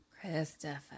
Christopher